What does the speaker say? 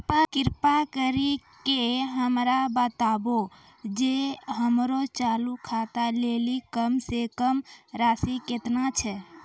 कृपा करि के हमरा बताबो जे हमरो चालू खाता लेली कम से कम राशि केतना छै?